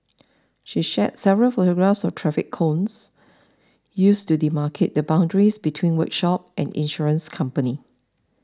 she shared several photographs of traffic cones used to demarcate the boundaries between workshop and insurance company